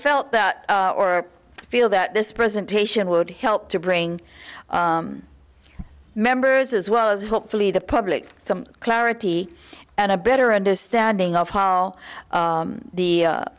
felt that or feel that this presentation would help to bring members as well as hopefully the public some clarity and a better understanding of how the